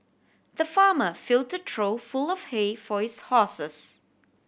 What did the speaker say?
the farmer filled a trough full of hay for his horses